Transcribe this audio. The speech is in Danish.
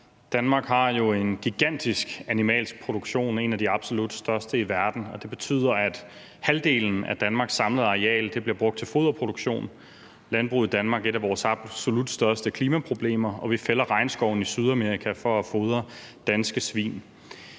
Danmark har jo en gigantisk animalsk produktion – en af de absolut største i verden – og det betyder, at halvdelen af Danmarks samlede areal bliver brugt til foderproduktion. Landbruget i Danmark udgør et af vores absolut største klimaproblemer, og vi fælder regnskovene i Sydamerika for at fodre danske svin.